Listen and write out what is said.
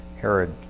Herod